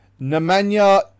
Nemanja